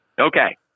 okay